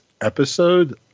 episode